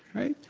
right?